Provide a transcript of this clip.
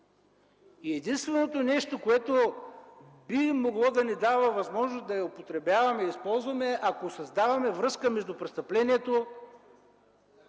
Единственото нещо, което би могло да ни дава възможност да я използваме и употребяваме, е ако създаваме връзка между престъплението